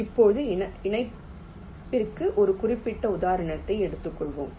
இப்போது இணைப்பிற்கு ஒரு குறிப்பிட்ட உதாரணத்தை எடுத்துக்கொள்வோம்